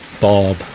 Bob